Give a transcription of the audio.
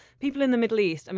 people in the middle east, and